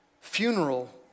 funeral